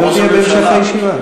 אני אודיע בסוף הישיבה,